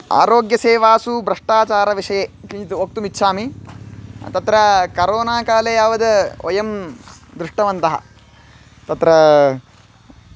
आरोग्यसेवासु भ्रष्टाचारविषये किञ्चित् वक्तुम् इच्छामि तत्र करोनाकाले यावद् वयं दृष्टवन्तः तत्र